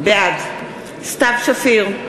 בעד סתיו שפיר,